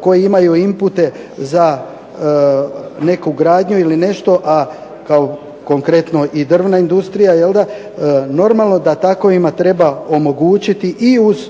koji imaju inpute za neku gradnju ili nešto a kao konkretno i drvna industrija normalno da takvima treba omogućiti i uz